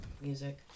Music